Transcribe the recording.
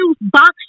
box